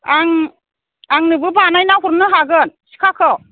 आं आंनोबो बानायना हरनो हागोन सिखाखौ